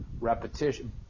repetition